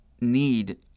need